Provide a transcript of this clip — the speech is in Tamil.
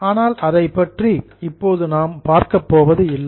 ஆனால் அதைப் பற்றி இப்போது நாம் பார்க்கப் போவது இல்லை